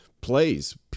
plays